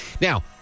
Now